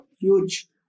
huge